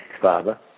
father